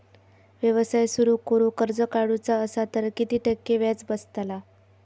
व्यवसाय सुरु करूक कर्ज काढूचा असा तर किती टक्के व्याज बसतला?